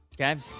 Okay